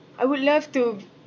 I would love to